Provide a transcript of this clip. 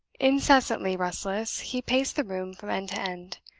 incessantly restless, he paced the room from end to end.